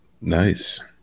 Nice